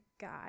God